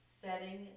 setting